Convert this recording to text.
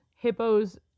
hippos